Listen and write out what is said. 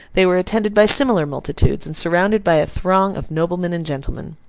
they were attended by similar multitudes, and surrounded by a throng of noblemen and gentlemen.